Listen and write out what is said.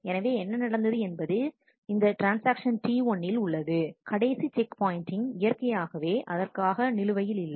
எனவே என்ன நடந்தது என்பது இந்த ட்ரான்ஸ்ஆக்ஷன் T1 இல் உள்ளது கடைசி செக் பாயின்ட்டிங் இயற்கையாகவே அதற்காக நிலுவையில் இல்லை